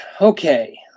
Okay